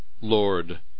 Lord